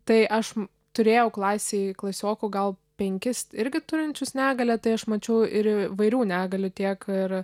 tai aš turėjau klasėj klasiokų gal penkis irgi turinčius negalią tai aš mačiau ir įvairių negalių tiek ir